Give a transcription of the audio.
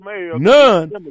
none